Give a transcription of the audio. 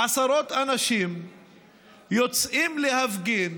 עשרות אנשים יוצאים להפגין